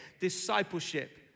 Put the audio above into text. discipleship